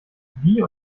wie